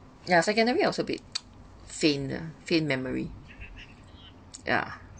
ya secondary also bit faint lah faint memory yeah